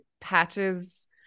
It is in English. patches